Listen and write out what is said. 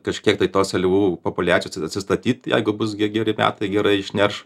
kažkiek tai tos seliavų populiacijos atsistatyt jeigu bus ge geri metai gera išnerš